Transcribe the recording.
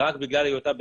רק בגלל היותה בהריון,